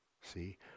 see